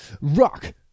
Rock